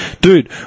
Dude